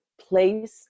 place